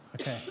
Okay